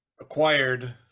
acquired